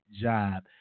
job